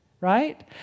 right